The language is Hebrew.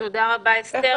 תודה רבה, אסתר.